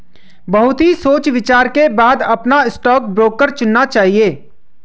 बहुत ही सोच विचार के बाद अपना स्टॉक ब्रोकर चुनना चाहिए